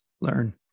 Learn